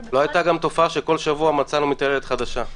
בפועל --- לא הייתה גם תופעה שכל שבוע מצאנו מתעללת חדשה.